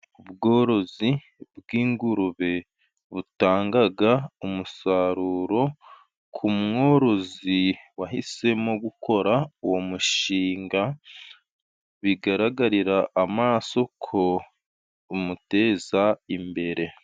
Ubworozi bw'ingurube butanga umusaruro ku mworozi wahisemo gukora uwo mushinga, bigaragarira amaso ko umuteza imbere.